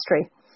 history